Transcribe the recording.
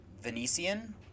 Venetian